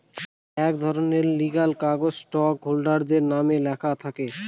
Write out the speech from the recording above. এক ধরনের লিগ্যাল কাগজ স্টক হোল্ডারদের নামে লেখা থাকে